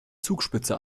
zugspitze